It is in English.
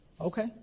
okay